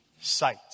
sight